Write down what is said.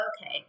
Okay